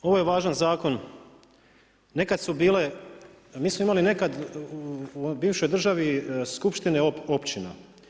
Ovo je važan zakon, nekad su bile, mi smo imali nekad u bivšoj državi skupštine općina.